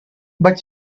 but